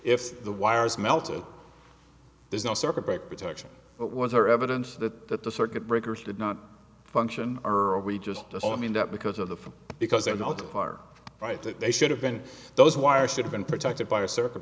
if the wires melted there's no circuit protection but was there evidence that the circuit breakers did not function or are we just all i mean that because of the because they're not that far right that they should have been those wires should have been protected by a circuit